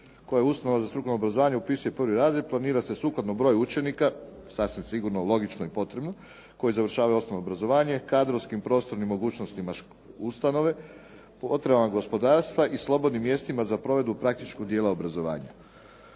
koja ustanova za strukovno obrazovanje upisuje u prvi razred planira se sukladno broju učenika, sasvim sigurno, logično i potrebno, koji završavaju osnovno obrazovanje kadrovskim prostornim mogućnostima ustanove, potrebama gospodarstva i slobodnim mjestima za provedbu praktičkog dijela obrazovanja.